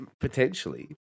potentially